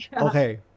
Okay